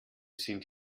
sind